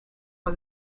for